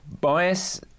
bias